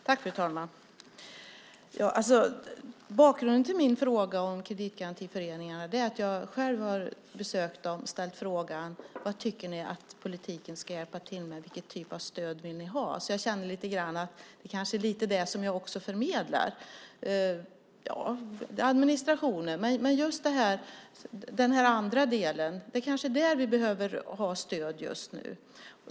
Fru talman! Bakgrunden till min fråga om kreditgarantiföreningarna är att jag själv har besökt dem och ställt frågan: Vad tycker ni att politiken ska hjälpa till med? Vilken typ av stöd vill ni ha? Ja, till stöd till administrationen, men det kanske är i den andra delen som det behövs stöd just nu.